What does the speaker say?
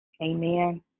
Amen